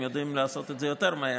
הם יודעים לעשות את זה יותר מהר,